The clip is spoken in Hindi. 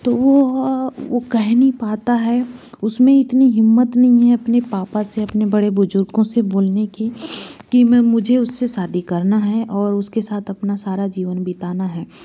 तो वह कह नहीं पाता है उसमें इतनी हिम्मत नहीं है अपने पापा से अपने बड़े बुजुर्गों से बोलने कि कि मुझे उससे शादी करना है और उसके साथ अपना सारा जीवन बिताना है